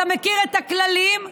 אתה מכיר את הכללים,